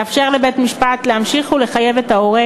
היא תאפשר לבית-משפט להמשיך ולחייב את ההורה